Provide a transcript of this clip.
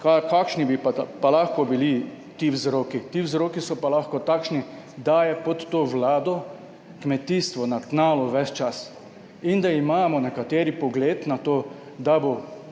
kakšni bi pa lahko bili ti vzroki. Ti vzroki so pa lahko takšni, da je pod to Vlado kmetijstvo na tnalu ves čas in da imamo nekateri pogled na to, da bo